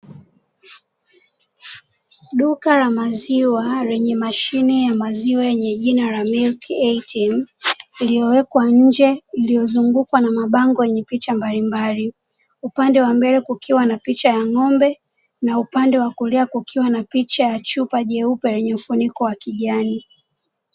Duka la maziwa lenye mashine ya maziwa yenye jina la "MILK ATM" iliyowekwa nje , iliyozungukwa na mabango ya picha mbalimbali upande wa mbele kukiwa na picha ya ng'ombe, na upande wa kulia kukiwa na chupa jeupe lenye mfuniko wa kijani.